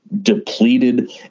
depleted